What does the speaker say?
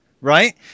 right